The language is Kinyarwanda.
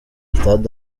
stade